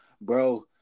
bro